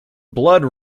blood